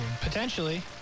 potentially